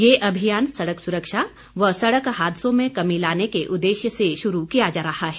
यह अभियान सड़क सुरक्षा व सड़क हादसों में कमी लाने के उदेश्य से शुरू किया जा रहा है